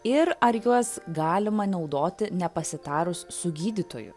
ir ar juos galima naudoti nepasitarus su gydytoju